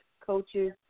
coaches